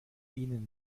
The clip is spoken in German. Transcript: ihnen